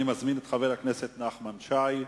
אני מזמין את חבר הכנסת נחמן שי,